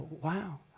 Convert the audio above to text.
wow